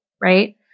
right